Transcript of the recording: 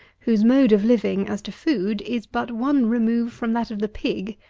whose mode of living, as to food, is but one remove from that of the pig,